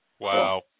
Wow